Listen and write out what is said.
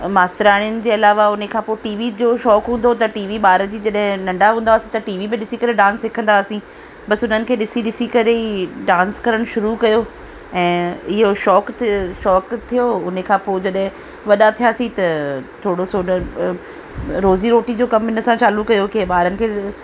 मास्तराणियुनि जे अलावा हुन खां पोइ टी वी जो शौक़ु हूंदो त टी वी ॿार जॾहिं नंढे हूंदा हुआ त टी वी में ॾिसी करे ॾांस सिखंदा हुआसीं बसि उन्हनि खे ॾिसी ॾिसी करे ई डांस करण शुरू कयो ऐं इहो शौक़ु शौक़ु थियो हुन खां पोइ जॾहिं वॾा थियासीं त थोरोसो रोज़ी रोटी जो कमु हिन सां चालू कयो की ॿारनि खे